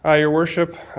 ah your worship,